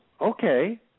okay